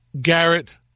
Garrett